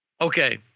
Okay